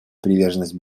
приверженность